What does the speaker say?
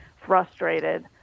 frustrated